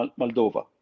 Moldova